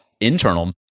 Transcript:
internal